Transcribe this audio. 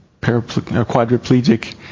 quadriplegic